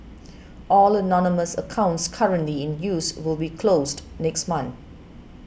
all anonymous accounts currently in use will be closed next month